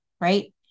right